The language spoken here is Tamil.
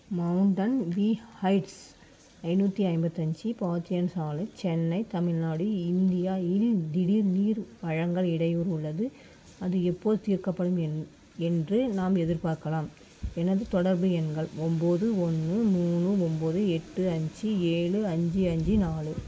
மௌண்டன் வி ஹைட்ஸ் ஐநூற்றி ஐம்பத்தஞ்சு பாத்தியன் சாலை சென்னை தமிழ்நாடு இந்தியாயில் திடீர் நீர் வழங்கல் இடையூர் உள்ளது அது எப்போது தீர்க்கப்படும் என் என்று நாம் எதிர்பார்க்கலாம் எனது தொடர்பு எண்கள் ஒன்போது ஒன்று மூணு ஒன்போது எட்டு அஞ்சு ஏழு அஞ்சு அஞ்சு நாலு